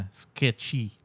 sketchy